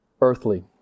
earthly